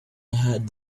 had